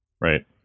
right